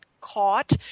caught